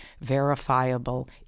verifiable